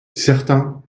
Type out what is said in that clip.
certain